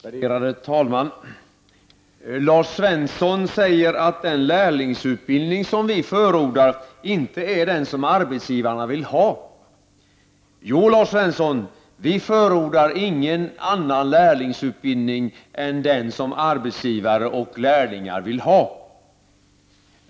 Värderade talman! Lars Svensson säger att den lärlingsutbildning som vi förordar inte är den som arbetsgivarna vill ha. Jo, Lars Svensson, vi förordar ingen annan lärlingsutbildning än den som arbetsgivare och lärlingar vill ha.